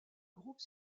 groupe